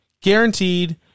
guaranteed